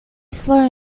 slow